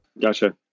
Gotcha